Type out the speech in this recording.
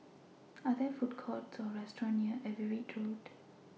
Are There Food Courts Or restaurants near Everitt Road